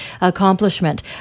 accomplishment